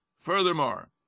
Furthermore